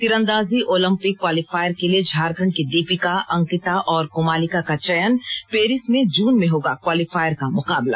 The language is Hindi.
तीरंदाजी ओलंपिक क्वालीफायर के लिए झारखंड की दीपिका अंकिता और कोमालिका का चयन पेरिस में जून में होगा क्वालीफायर का मुकाबला